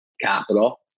capital